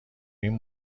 این